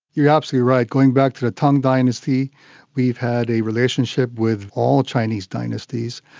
you're absolutely right, going back to the tang dynasty we've had a relationship with all chinese dynasties,